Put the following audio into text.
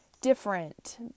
different